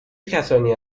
کسانی